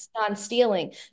non-stealing